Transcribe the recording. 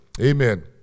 Amen